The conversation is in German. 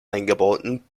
eingebauten